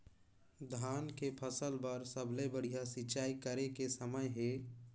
धान के फसल बार सबले बढ़िया सिंचाई करे के समय हे?